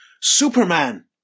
Superman